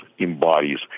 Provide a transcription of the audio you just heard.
embodies